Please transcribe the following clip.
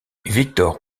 victor